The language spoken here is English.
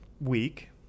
week